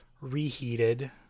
reheated